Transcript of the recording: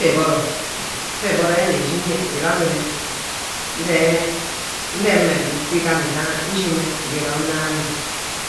Igburu effa îburu íbru íromine. ndem. ndeme ngu utu esene íshîme íromne ama.